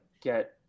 get